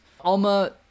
Alma